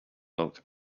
looked